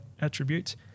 attributes